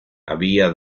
había